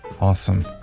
Awesome